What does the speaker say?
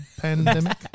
pandemic